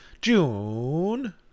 June